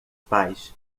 pais